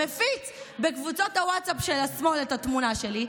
מפיץ בקבוצת הווטסאפ של השמאל את התמונה שלי,